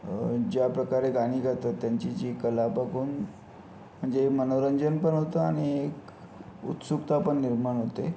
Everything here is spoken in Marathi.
ज्याप्रकारे गाणी गातात त्यांची जी कला बघून म्हणजे मनोरंजन पण होतं आणि एक उत्सुकता पण निर्माण होते